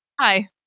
hi